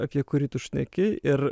apie kurį tu šneki ir